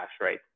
right